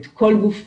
את כל גופו,